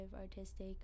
artistic